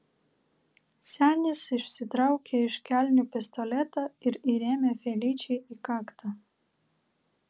senis išsitraukė iš kelnių pistoletą ir įrėmė feličei į kaktą